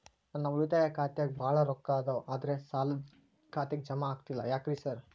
ನನ್ ಉಳಿತಾಯ ಖಾತ್ಯಾಗ ಬಾಳ್ ರೊಕ್ಕಾ ಅದಾವ ಆದ್ರೆ ಸಾಲ್ದ ಖಾತೆಗೆ ಜಮಾ ಆಗ್ತಿಲ್ಲ ಯಾಕ್ರೇ ಸಾರ್?